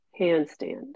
handstand